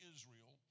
Israel